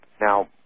Now